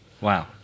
wow